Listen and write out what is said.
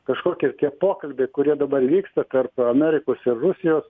kažkokie pokalbiai kurie dabar vyksta tarp amerikos ir rusijos